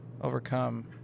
overcome –